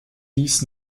dies